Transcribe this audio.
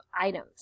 items